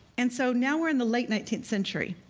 and so now we're in the late nineteenth century.